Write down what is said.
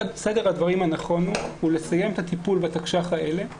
סדר הדברים הנכון הוא לסיים את הטיפול בתקש"ח האלה,